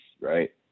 right